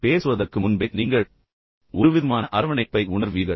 பேசுவதற்கு முன்பே நீங்கள் ஒருவிதமான அரவணைப்பை உணர்வீர்கள்